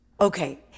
Okay